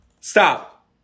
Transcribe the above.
Stop